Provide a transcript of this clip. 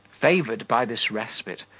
favoured by this respite,